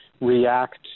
react